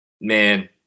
Man